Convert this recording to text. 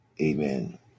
Amen